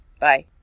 bye